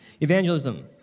Evangelism